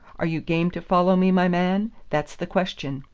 are you game to follow me, my man? that's the question,